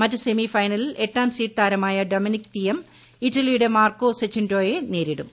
മറ്റ് സെമി ഫൈനലിൽ എട്ടാം സീഡ് താരമായ ഡൊമിനിക് തീയം ഇറ്റലിയുടെ മാർക്കോ സെചിൻടോയെ നേരിടും